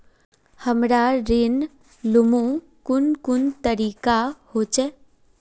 हमरा ऋण लुमू कुन कुन तरीका होचे?